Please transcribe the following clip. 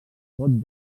pot